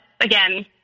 again